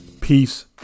peace